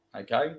Okay